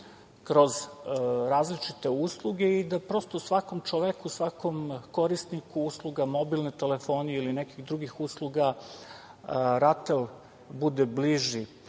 kroz različite usluge i da prosto svakom čoveku, svakom korisniku usluga mobilne telefonije ili nekih drugih usluga RATEL bude bliži.